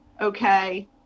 okay